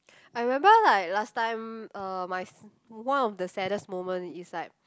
I remember like last time uh my one of the saddest moment is like